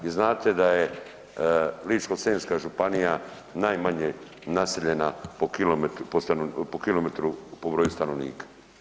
Vi znate da je Ličko-senjska županija najmanje naseljena po kilometru po broju stanovnika.